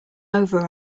over